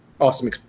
awesome